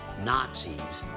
nazi's.